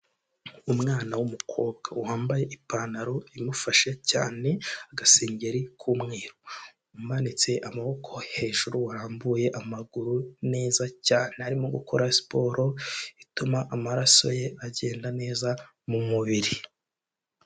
Umwana w'umukobwa wambaye ipantaro imufashe cyane, agasengeri k'umweru, umanitse amaboko hejuru warambuye amaguru neza cyane, arimo gukora siporo ituma amaraso ye agenda neza mu mubiri.